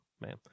man